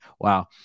wow